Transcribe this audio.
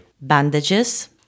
bandages